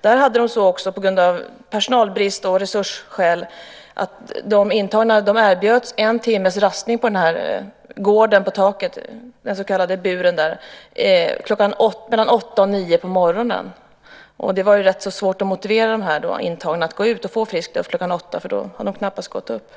Där hade de det så också, på grund av personalbrist och resursskäl, att de intagna erbjöds en timmes rastning på gården på taket, den så kallade buren, mellan kl. 8 och 9 på morgonen. Det var rätt svårt att motivera de intagna att gå ut och få frisk luft kl. 8, för då hade de knappt gått upp.